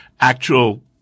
actual